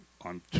on